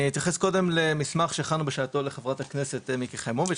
אני אתייחס קודם למסמך שהכנו בשעתו לחברת הכנסת מיקי יחימוביץ',